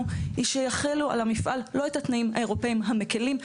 היא שיחלו על המפעל לא את התנאים האירופיים המקלים,